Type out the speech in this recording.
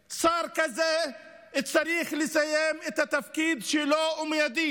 שר כזה צריך לסיים את התפקיד שלו מיידית.